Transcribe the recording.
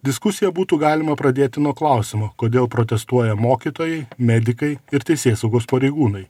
diskusiją būtų galima pradėti nuo klausimo kodėl protestuoja mokytojai medikai ir teisėsaugos pareigūnai